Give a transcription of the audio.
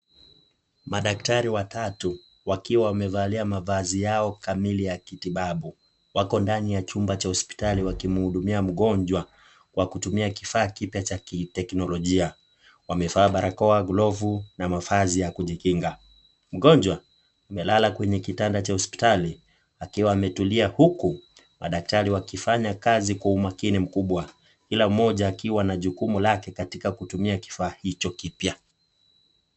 Madaktari watatu wakiwa wamevalia mavazi yao kamili ya kitibabu. Wako ndani ya chumba cha hospitali wakimhudumia mgonjwa kwa kutumia kifaa kipya cha kiteknolojia. Wamevaa barakoa, glovu na mavazi ya kujikinga. Mgonjwa amelala kwenye kitanda cha hospitali akiwa ametulia huku madaktari wakifanya kazi kwa umakini mkubwa, kila mmoja akiwa na jukumu lake katika kutumia kifaa hicho kipya.